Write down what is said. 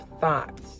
thoughts